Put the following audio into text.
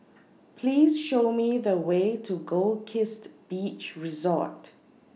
Please Show Me The Way to Goldkist Beach Resort